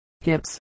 hips